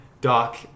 Doc